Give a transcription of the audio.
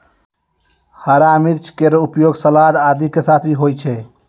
हरा मिर्च केरो उपयोग सलाद आदि के साथ भी होय छै